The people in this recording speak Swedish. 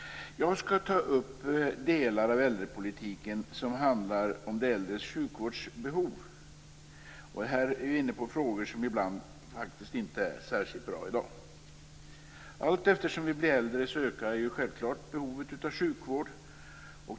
Jag skall ta upp de delar av äldrepolitiken som handlar om de äldres sjukvårdsbehov. Här är vi inne på saker som ibland faktiskt inte fungerar särskilt bra i dag. Allteftersom vi blir äldre ökar ju självfallet behovet av sjukvård.